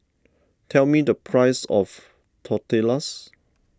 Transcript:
tell me the price of Tortillas